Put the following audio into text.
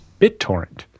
BitTorrent